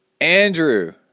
Andrew